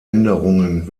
änderungen